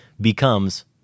becomes